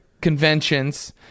conventions